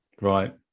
right